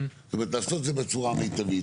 לעשות את זה בצורה המיטבית,